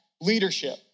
leadership